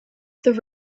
this